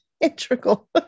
integral